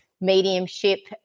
mediumship